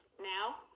now